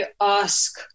ask